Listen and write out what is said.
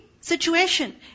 situation